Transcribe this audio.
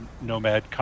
nomad